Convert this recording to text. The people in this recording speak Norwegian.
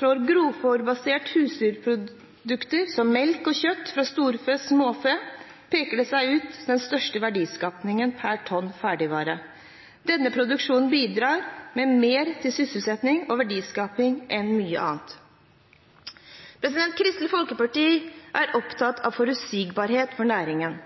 husdyrprodukter som melk og kjøtt fra storfe/småfe peker seg ut med den største verdiskapingen per tonn ferdig vare. Denne produksjonen bidrar med mer til sysselsetting og verdiskaping enn mye annet. Kristelig Folkeparti er opptatt av forutsigbarhet for næringen.